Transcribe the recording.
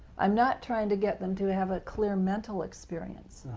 i'm not trying to get them to have a clear mental experience.